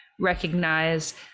recognize